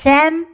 Sam